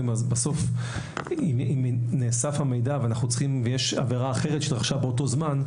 בסוף אם נאסף המידע ויש עבירה אחרת שאירעה באותו זמן,